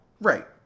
Right